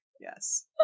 yes